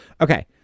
Okay